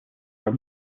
were